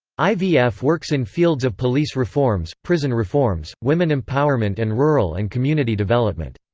ivf works in fields of police reforms, prison reforms, women empowerment and rural and community development.